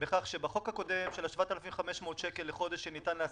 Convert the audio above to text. בכך שבחוק הקודם של ה-7,500 שקל לחודש שניתן לעסקים,